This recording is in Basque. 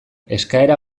eskaera